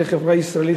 כחברה ישראלית,